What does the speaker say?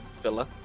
filler